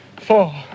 Four